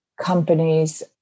companies